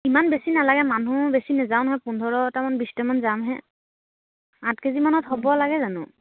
ইমান বেছি নালাগে মানুহ বেছি নেযাও নহয় পোন্ধৰটামান বিশটামান যামহে আঠ কেজিমানত হ'ব লাগে জানো